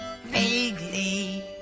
vaguely